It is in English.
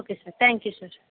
okay sir thank you sir